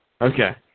Okay